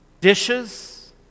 dishes